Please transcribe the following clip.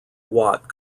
watt